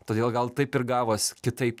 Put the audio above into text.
todėl gal taip ir gavos kitaip